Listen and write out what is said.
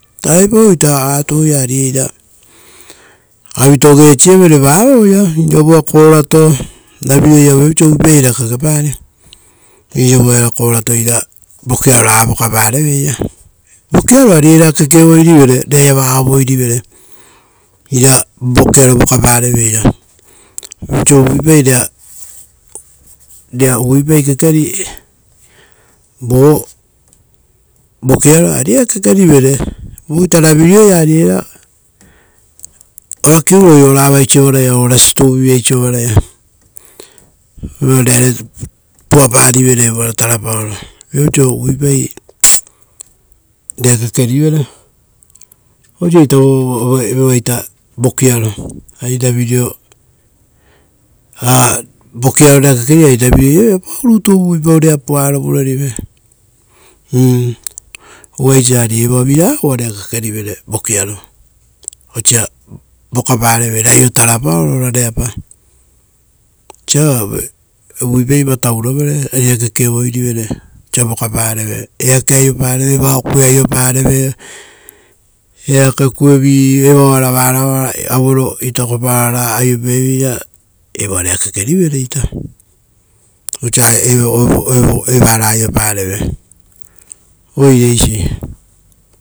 Tarai pauei ita atuu ia ari eira avito gesievere vaoia. Iravua korato raveireo ia viapau oiso uvuipau ravera kekepari. Iravua era korato ira vokiaro vokapare veira, vokiaro ari era keke ovoi rivere, rera iva aoo ovoi rivere, ira vokiaro voka pare veira. Viapau oiso uvuipai rera, rera kekeri kekeri vo vokiaro, ari era kekeri vere. Vo ita ravireo ia ari era, ora kiuroi oraa vai sovaraia o, rasituu vi vai sovaraia. Uva rerave pua parivere evora tara paoro. Viapau oiso uvuipa rera kekeri vere, oiso ita evoa vokiaro, ari ravireo a- vokiaro rera kekeri vere, ari ravireo ia viapau rutu uvuipau rera puaa ro vura rivere. U- uva eisa ari evoa viragaa uva rera kekeri vere. Vokiaro, osa vokapa revere aio tarapaoro ora rerapa. Osa uvuipa vatau rovere ari rera keke ovoi rivere, osa vokapa revero, eake aio pareve, aio kue aio pareve, eke kuevii evao ara varao itako para aio paiveira, evoa rera kekeri vere ita. Osa evaara aio pareve. Oire eisi.